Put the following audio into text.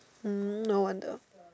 mm no wonder